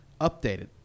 Updated